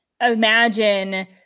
imagine